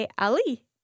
ali